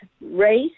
race